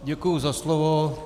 Děkuji za slovo.